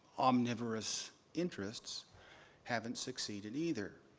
omnivorous interests haven't succeeded, either.